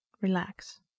relax